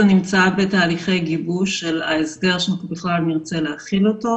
זה נמצא בתהליכי גיבוש של ההסדר שאנחנו בכלל נרצה להחיל אותו.